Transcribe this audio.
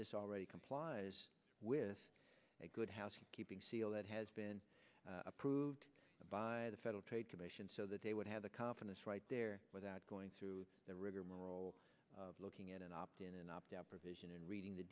this already complies with a good housekeeping seal that has been approved by the federal trade commission so that they would have the confidence right there without going through the rigor more or looking at an opt in opt out provision and reading the